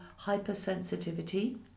hypersensitivity